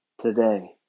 today